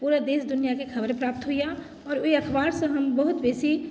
पूरा देश दुनिआके खबर प्राप्त होइया आओर ओहि अखबारसँ हम बहुत बेसी